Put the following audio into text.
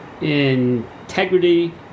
integrity